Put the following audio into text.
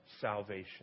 salvation